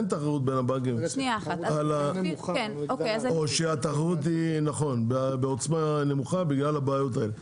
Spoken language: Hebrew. אין תחרות בין הבנקים; או שהתחרות היא בעוצמה נמוכה בגלל הבעיות האלה.